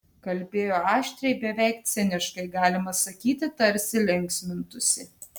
kalbėjo aštriai beveik ciniškai galima sakyti tarsi linksmintųsi